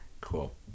Cool